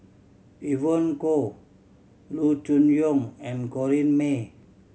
Evon Kow Loo Choon Yong and Corrinne May